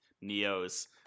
Neo's